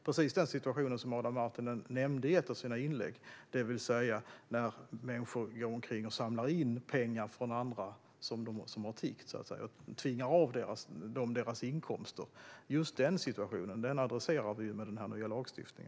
Precis den situation som Adam Marttinen nämnde i ett av sina inlägg, det vill säga att vissa människor går omkring och samlar in pengar från andra människor som har tiggt och tvingar av dem deras inkomster, adresserar vi med denna nya lagstiftning.